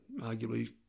arguably